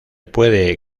puede